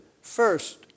first